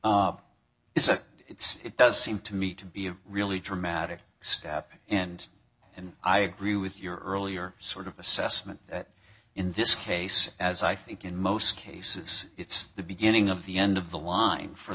court it's a it's it does seem to me to be a really dramatic step and and i agree with your earlier sort of assessment in this case as i think in most cases it's the beginning of the end of the line for